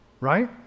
right